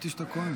חשבתי שאתה כוהן.